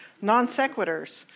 Non-sequiturs